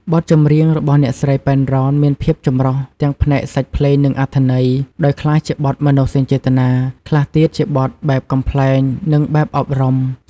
បទចម្រៀងរបស់អ្នកស្រី ប៉ែន រ៉ន មានភាពចម្រុះទាំងផ្នែកសាច់ភ្លេងនិងអត្ថន័យ ដោយខ្លះជាបទមនោសញ្ចេតនា ខ្លះទៀតជាបទបែបកំប្លែងនិងបែបអប់រំ។